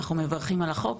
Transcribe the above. אנחנו מברכים על החוק,